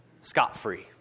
scot-free